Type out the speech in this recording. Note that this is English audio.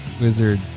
wizard